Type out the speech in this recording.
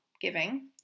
giving